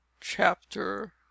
Chapter